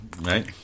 right